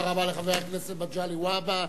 תודה רבה לחבר הכנסת מגלי והבה.